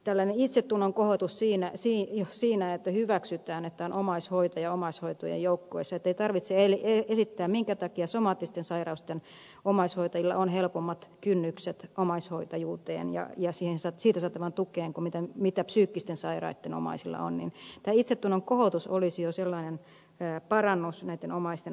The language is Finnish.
tällainen itsetunnon kohotus että hyväksytään että on omaishoitaja omaishoitajien joukkueessa ettei tarvitse esittää minkä takia somaattisten sairauksien omaishoitajilla on omaishoitajuuteen ja siitä saatavaan tukeen matalammat kynnykset kuin psyykkisten sairaitten omaisilla on olisi jo sellainen parannus näitten omaisten arjessa